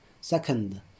Second